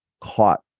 caught